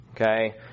Okay